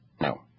No